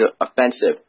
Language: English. Offensive